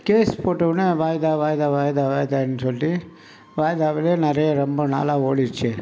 case போட்டவுனே வாய்தா வாய்தா வாய்தா வாய்தானு சொல்லி வாய்தாவுலேயே நிறைய ரொம்ப நாளாக ஓடிடுச்சு